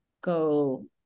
go